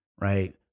right